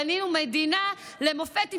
בנינו מדינה למופת,